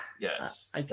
yes